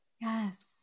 Yes